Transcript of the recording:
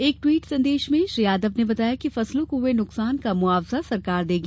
एक ट्वीट संदेश में श्री यादव ने बताया कि फसलों को हुए नुकसान का मुआवजा सरकार देगी